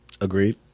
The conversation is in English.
Agreed